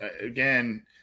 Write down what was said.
again –